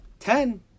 Ten